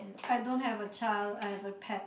I don't have a child I have a pet